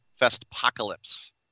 Festpocalypse